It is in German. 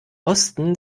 osten